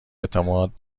اعتماد